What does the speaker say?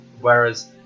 whereas